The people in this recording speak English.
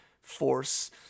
force